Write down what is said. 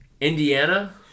Indiana